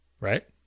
right